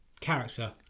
character